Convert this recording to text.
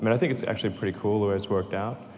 and i think it's actually pretty cool the way it's worked out,